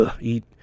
eat